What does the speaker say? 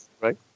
right